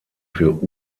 für